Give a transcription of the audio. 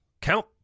count